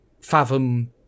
fathom